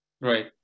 Right